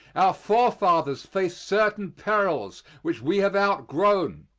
our forefathers faced certain perils which we have outgrown.